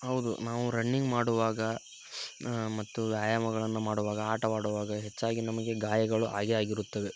ಹೌದು ನಾವು ರನ್ನಿಂಗ್ ಮಾಡುವಾಗ ಮತ್ತು ವ್ಯಾಯಾಮಗಳನ್ನು ಮಾಡುವಾಗ ಆಟವಾಡುವಾಗ ಹೆಚ್ಚಾಗಿ ನಮಗೆ ಗಾಯಗಳು ಆಗೇ ಆಗಿರುತ್ತವೆ